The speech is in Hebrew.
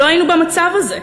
לא היינו במצב הזה.